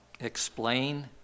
explain